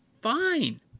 fine